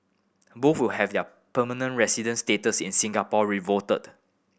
both will have their permanent residency status in Singapore revoked